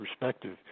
perspective